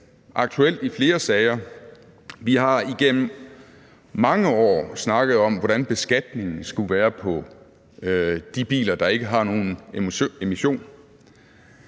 aktuelt i flere sager. Vi har igennem mange år snakket om, hvordan beskatningen skulle være på de biler, der ikke har nogen emission,